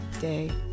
day